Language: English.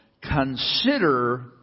consider